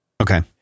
Okay